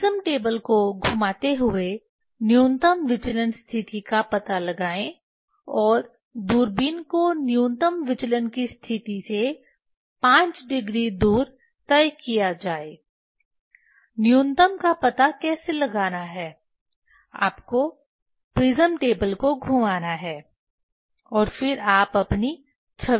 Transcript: prism table को घुमाते हुए न्यूनतम विचलन स्थिति का पता लगाएं और दूरबीन को न्यूनतम विचलन की स्थिति से 5 डिग्री दूर तय किया जाए न्यूनतम का पता कैसे लगाना है आपको प्रिज़्म टेबल को घुमाना है और फिर आप अपनी छवि देखेंगे